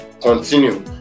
continue